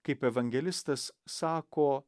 kaip evangelistas sako